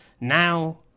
Now